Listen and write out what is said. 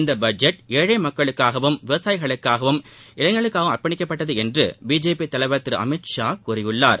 இந்த பட்ஜெட் ஏழை மக்களுக்காகவும் விவசாயிகளுக்காகவும் இளைஞர்களுக்காகவும் அர்ப்பணிக்கப்பட்டது என்று பிஜேபி தலைவர் திரு அமித்ஷா கூறியுள்ளார்